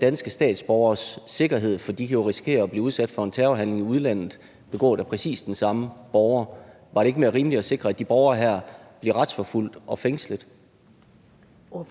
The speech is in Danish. danske statsborgeres sikkerhed? For de kan jo risikere at blive udsat for en terrorhandling i udlandet begået af præcis den samme borger. Var det ikke mere rimeligt at sikre, at de her borgere blev retsforfulgt og fængslet? Kl.